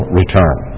return